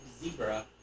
zebra